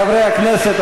חברי הכנסת,